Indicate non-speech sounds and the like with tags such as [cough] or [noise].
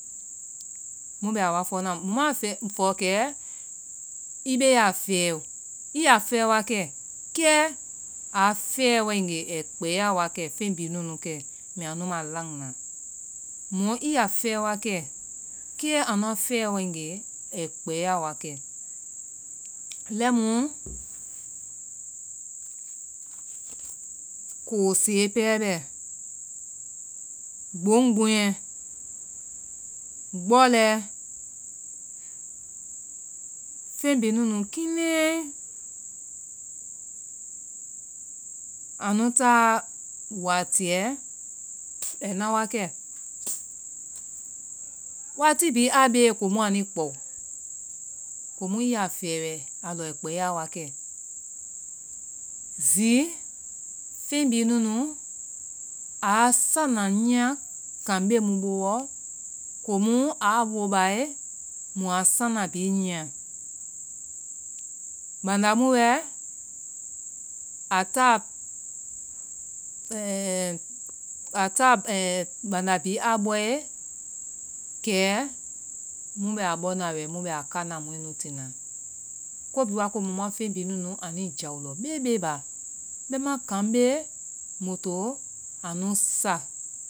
Mu bɛ a wa fɔna mu maa fɔ kɛ, i beeya fɛɛo. I yaa fɛɛ wa kɛ. kɛ aa fɛɛ waegee ai kpɛɛya wa kɛ feŋ bihinunu kɛ mbɛa nu ma lanna. mɔ i yaa fɛɛ wa kɛ. kɛ anua fɛɛ waegee, ai kpɛeɛya wa kɛ, lɛi mu koosoe pɛɛ bɛ, gbong bon gbɔlɔɛ, fen bihinunu kinɛi anu ta watiyɛ ai na wa kɛ, wati bihi a bee komu anui kpɔ, komu i a fɛɛ wɛ a lɔi kpɛɛya wa kɛ, zi, feŋ bihi nunu aa sana nyia kan been mu boowɔ komu aa wobae, mua sana bihi nyinya, banda mu wɛ, a ta a ta [hesitation] ŋɛɛ banda bihi a b ɔe, kɛ mu bɛ a bɔ na wɛ mu bɛ a kana mɔɛ nu tina. ko bihi waa komu fen bihi nunu ani jao lɔ bee bee ba bɛima kan bee mui to anu sa.